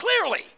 clearly